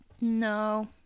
No